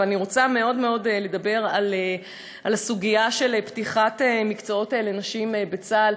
אני מאוד מאוד רוצה לדבר על הסוגיה של פתיחת מקצועות לנשים בצה"ל.